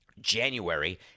January